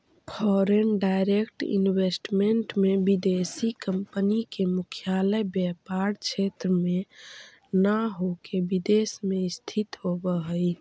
foreign direct investment में विदेशी company के मुख्यालय व्यापार क्षेत्र में न होके विदेश में स्थित होवऽ हई